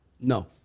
No